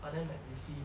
but then like you see